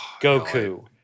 Goku